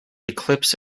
eclipse